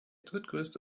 drittgrößte